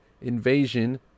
invasion